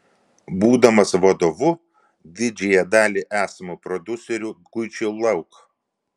būdamas vadovu didžiąją dalį esamų prodiuserių guičiau lauk